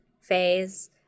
phase